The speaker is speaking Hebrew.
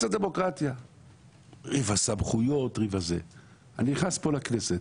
אני נכנס לכנסת